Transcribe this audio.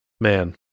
man